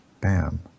bam